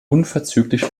unverzüglich